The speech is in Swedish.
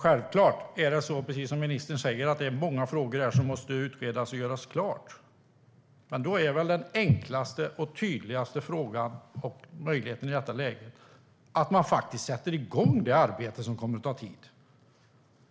Herr talman! Ja, självklart är det många frågor som måste utredas och göras klart, precis som ministern säger. Men då är väl den enklaste och tydligaste frågan och möjligheten i detta läge att man faktiskt sätter igång det arbete som kommer att ta tid?